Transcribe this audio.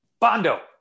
Bondo